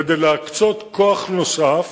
כדי להקצות כוח נוסף,